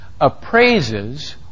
appraises